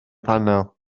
panel